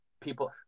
people